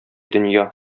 дөнья